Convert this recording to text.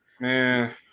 man